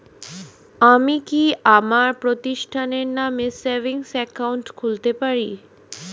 আমি কি আমার প্রতিষ্ঠানের নামে সেভিংস একাউন্ট খুলতে পারি?